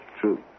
True